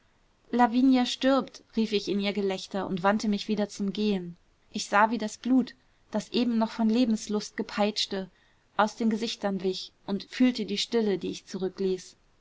lavinia stirbt rief ich in ihr gelächter und wandte mich wieder zum gehen ich sah wie das blut das eben noch von lebenslust gepeitschte aus den gesichtern wich und fühlte die stille die ich zurückließ